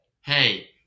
Hey